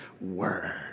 word